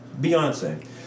Beyonce